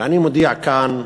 ואני מודיע כאן: